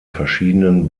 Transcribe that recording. verschiedenen